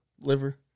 liver